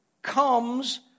comes